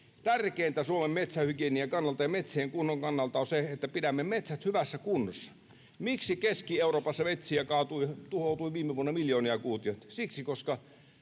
Tärkeintä Suomen metsähygienian kannalta ja metsien kunnon kannalta on se, että pidämme metsät hyvässä kunnossa. Miksi Keski-Euroopassa metsiä kaatui, tuhoutui viime vuonna miljoonia kuutioita? Siksi, että